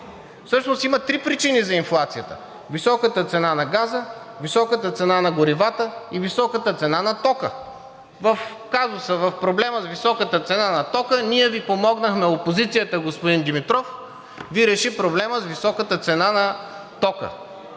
Всъщност има три причини за инфлацията – високата цена на газа, високата цена на горивата и високата цена на тока. В казуса, в проблема с високата цена на тока ние Ви помогнахме. Опозицията, господин Димитров, Ви реши проблема с високата цена на тока.